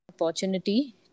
opportunity